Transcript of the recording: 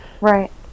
Right